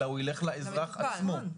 אלא לאזרח עצמו.